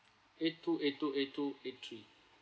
eight two eight two eight two eight three